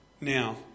Now